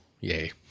yay